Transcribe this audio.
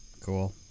cool